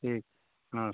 ठीक हाँ